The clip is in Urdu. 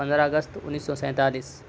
پندرہ اگست انیس سو سینتالیس